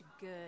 good